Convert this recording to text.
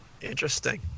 interesting